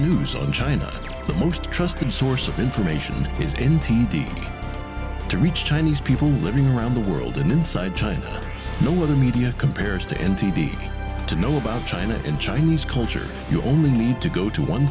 news on china the most trusted source of information is in t d to reach chinese people living around the world and inside china no other media compares to n t v to know about china in chinese culture you only need to go to one